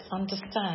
understand